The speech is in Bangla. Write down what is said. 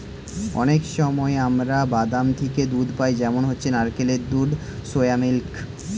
অনেক সময় আমরা বাদাম থিকে দুধ পাই যেমন হচ্ছে নারকেলের দুধ, সোয়া মিল্ক